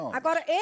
agora